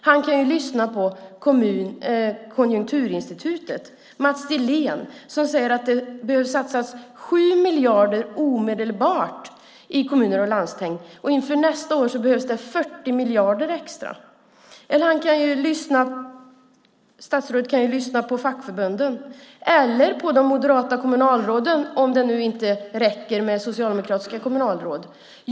Han kan lyssna på Konjunkturinstitutets Mats Dillén som säger att det behöver satsas 7 miljarder omedelbart i kommuner och landsting. Inför nästa år behövs det 40 miljarder extra. Statsrådet kan lyssna på fackförbunden eller på de moderata kommunalråden, om det inte räcker med socialdemokratiska kommunalråd.